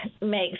makes